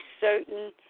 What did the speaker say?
certain